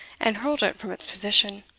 and hurled it from its position.